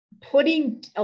putting